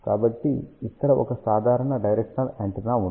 కాబట్టి ఇక్కడ ఒక సాధారణ డైరెక్షనల్ యాంటెన్నా ఉంది